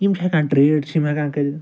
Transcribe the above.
یِم چھِ ہیٚکان ٹرٛیڈ چھِ یِم ہیٚکان کٔرِتھ